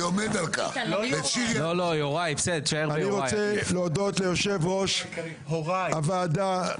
אני רוצה להודות ליושב הראש הוועדה,